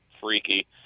freaky